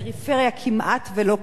כמעט שלא קיים.